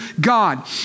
God